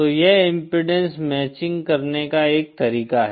तो यह impedance matching करने का एक तरीका है